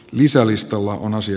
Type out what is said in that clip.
lisälistalla on osin